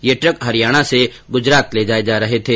ये ट्रक हरियाणा से गुजरात ले जाए जा रहे थे